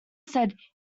said